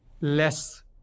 less